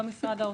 לא משרד האוצר.